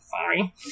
Sorry